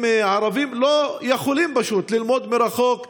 ערבים פשוט לא יכולים ללמוד מרחוק,